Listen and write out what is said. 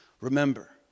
remember